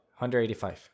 185